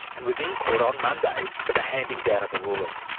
and was in court on monday for the handing down of the ruling.